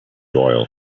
oil